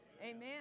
amen